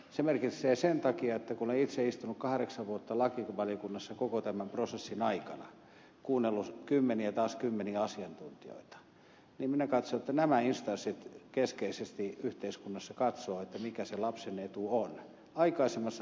se merkitsee sen takia että kun olen itse istunut kahdeksan vuotta lakivaliokunnassa koko tämän prosessin ajan kuunnellut kymmeniä ja taas kymmeniä asiantuntijoita niin minä katson että nämä instanssit keskeisesti yhteiskunnassa katsovat mikä se lapsen etu on